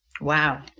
Wow